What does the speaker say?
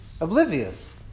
Oblivious